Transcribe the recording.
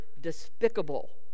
despicable